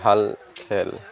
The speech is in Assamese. ভাল খেল